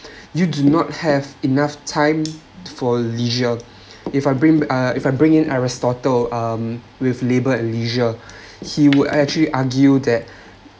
you do not have enough time for leisure if I bring uh if I bring it aristotle um with labour and leisure he would actually argue that